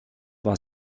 war